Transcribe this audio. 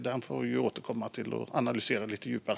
Det får vi återkomma till och analysera lite djupare.